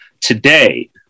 today